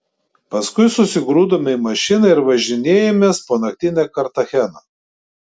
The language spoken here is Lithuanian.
paskui susigrūdome į mašiną ir važinėjomės po naktinę kartacheną